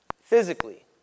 physically